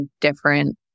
different